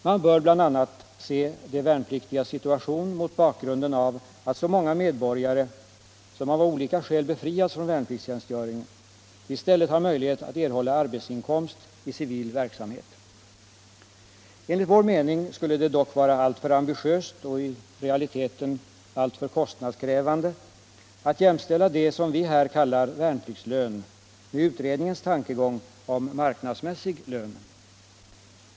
Man bör bl.a. se de värnpliktigas situation mot bakgrunden av att många medborgare som av olika skäl befriats från värnpliktstjänstgöring i stället har möjlighet att erhålla arbetsinkomst i civil verksamhet. Enligt vår mening skulle det dock vara alltför ambitiöst och i realiteten alltför kostnadskrävande att jämställa det som vi här kallar värnpliktslön med utredningens tankegång om marknadsmässig lön.